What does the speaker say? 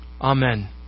Amen